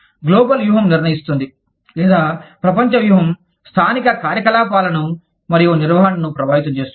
global వ్యూహాం నిర్ణయిస్తుంది లేదా ప్రపంచ వ్యూహం స్థానిక కార్యకలాపాలను మరియు నిర్వహణను ప్రభావితం చేస్తుంది